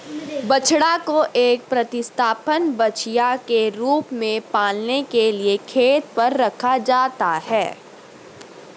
बछड़ा को एक प्रतिस्थापन बछिया के रूप में पालने के लिए खेत पर रखा जाता है